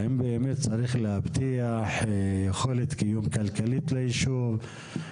האם באמת צריך להבטיח יכולת לקיום כלכלית ליישוב?